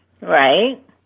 right